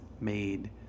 made